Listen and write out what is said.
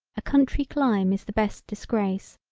a country climb is the best disgrace,